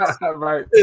right